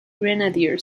grenadier